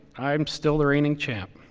i'm still the reigning champ.